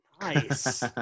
Nice